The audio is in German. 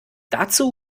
dazu